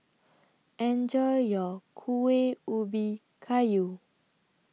Enjoy your Kueh Ubi Kayu